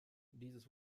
dieses